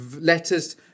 letters